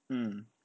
mm